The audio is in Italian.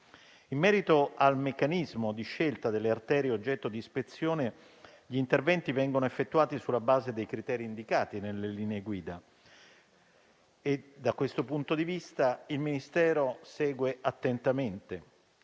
In merito al meccanismo di scelta delle arterie oggetto di ispezione, gli interventi vengono effettuati sulla base dei criteri indicati nelle linee guida. Da questo punto di vista, il Ministero ne segue attentamente